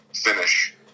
finish